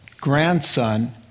grandson